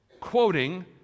quoting